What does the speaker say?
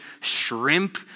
shrimp